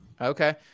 Okay